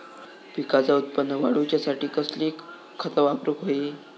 पिकाचा उत्पन वाढवूच्यासाठी कसली खता वापरूक होई?